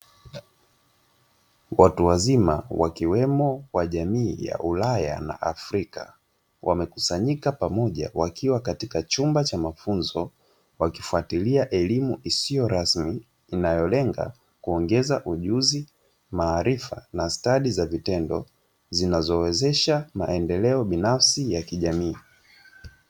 Watu wazima wakiwemo wa jamii ya Ulaya na Afrika, Wamekusanyika pamoja wakiwa katika chumba cha mafunzo, wakifatilia elimu isiyo rasmi, inayolenga kuongeza ujuzi, maarifa na stadi za vitendo, zinazowezesha maendeleo binafsi ya kijamii.